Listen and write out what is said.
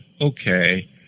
okay